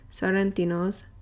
Sorrentino's